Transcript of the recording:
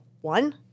one